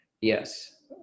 yes